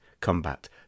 Combat